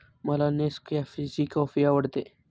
मला नेसकॅफेची कॉफी आवडते